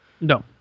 no